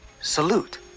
salute